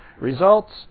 Results